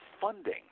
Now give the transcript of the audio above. funding